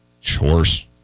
Chores